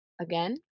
Again